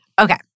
Okay